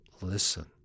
listen